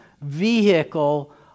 vehicle